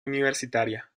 universitaria